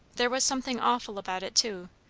there was something awful about it, too,